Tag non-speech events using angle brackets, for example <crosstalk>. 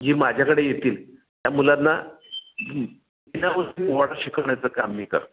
जी माझ्याकडे येतील त्या मुलांना <unintelligible> शिकवण्याचं काम मी करतो